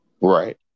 Right